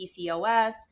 PCOS